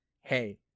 hey